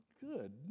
good